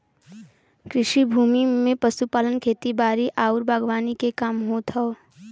कृषि भूमि में पशुपालन, खेती बारी आउर बागवानी के काम होत हौ